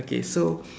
okay so